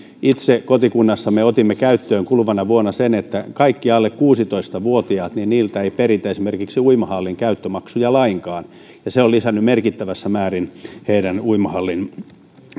kotikunnassamme itse otimme käyttöön kuluvana vuonna sen että keneltäkään alle kuusitoista vuotiaalta ei peritä esimerkiksi uimahallin käyttömaksuja lainkaan ja se on lisännyt merkittävässä määrin heidän uimahallin